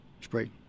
Spray